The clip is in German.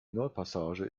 nordpassage